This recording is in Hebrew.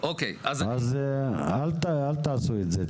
אז אל תעשו את זה,